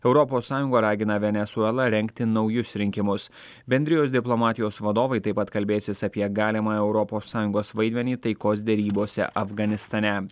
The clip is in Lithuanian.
europos sąjunga ragina venesuelą rengti naujus rinkimus bendrijos diplomatijos vadovai taip pat kalbėsis apie galimą europos sąjungos vaidmenį taikos derybose afganistane